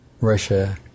Russia